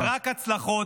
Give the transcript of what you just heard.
-- רק הצלחות.